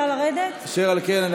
אשר על כן,